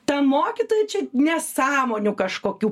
ta mokytoja čia nesąmonių kažkokių